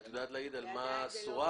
את יודעת להגיד על מה סורבת?